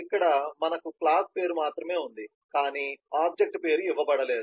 ఇక్కడ మనకు క్లాస్ పేరు మాత్రమే ఉంది కానీ ఆబ్జెక్ట్ పేరు ఇవ్వబడలేదు